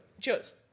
Cheers